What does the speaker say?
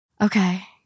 Okay